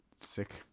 Sick